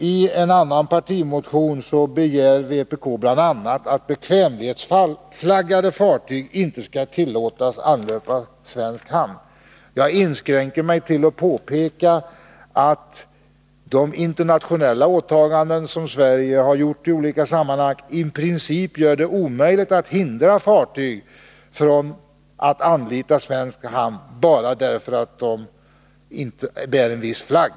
I en annan partimotion begär vpk bl.a. att bekvämlighetsflaggade fartyg inte skall tillåtas anlöpa svensk hamn. Jag inskränker mig till att påpeka att de internationella åtaganden som Sverige har gjort i olika sammanhang i princip gör det omöjligt att hindra fartyg från att anlita svensk hamn bara därför att de bär en viss flagg.